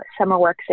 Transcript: SummerWorks